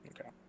Okay